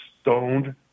stoned